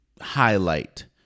highlight